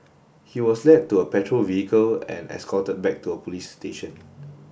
he was led to a patrol vehicle and escorted back to a police station